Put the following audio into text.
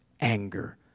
anger